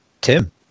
Tim